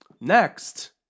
Next